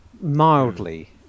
mildly